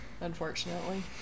unfortunately